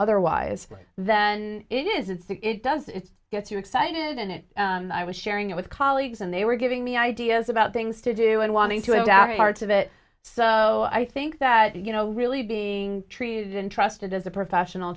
otherwise than it is and think it does it gets you excited and it and i was sharing it with colleagues and they were giving me ideas about things to do and wanting to end our parts of it so i think that you know really being treated and trusted as a professional